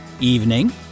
Evening